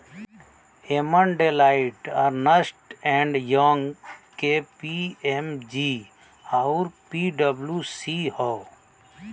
एमन Deloitte, Ernst and Young, KPMG आउर पी.डब्ल्यू.सी हौ